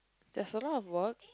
there's a lot of work